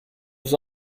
was